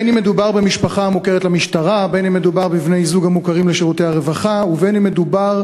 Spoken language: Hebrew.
בין אם מדובר במשפחה המוכרת למשטרה, בין אם מדובר